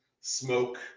smoke